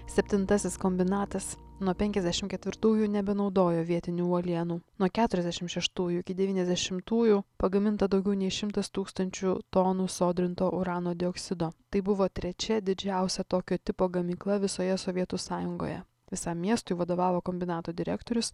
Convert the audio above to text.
septintasis kombinatas nuo penkiasdešimt ketvirtųjų nebenaudojo vietinių uolienų nuo keturiasdešimt šeštųjų iki devyniasdešimtųjų pagaminta daugiau nei šimtas tūkstančių tonų sodrinto urano dioksido tai buvo trečia didžiausia tokio tipo gamykla visoje sovietų sąjungoje visam miestui vadovavo kombinato direktorius